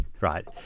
right